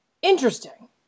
Interesting